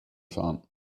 fahren